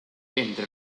entre